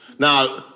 Now